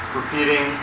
repeating